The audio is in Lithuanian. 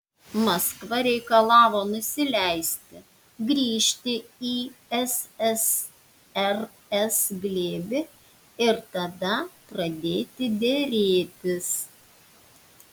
maskva reikalavo nusileisti grįžti į ssrs glėbį ir tada pradėti derėtis